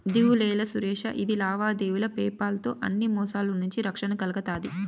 దిగులేలా సురేషా, ఇది లావాదేవీలు పేపాల్ తో అన్ని మోసాల నుంచి రక్షణ కల్గతాది